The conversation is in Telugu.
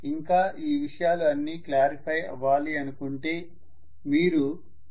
ఇంకా ఈ విషయాలు అన్నీ క్లారిఫై అవ్వాలి అనుకుంటే మీరు P